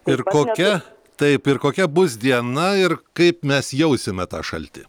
ir kokia taip ir kokia bus diena ir kaip mes jausime tą šaltį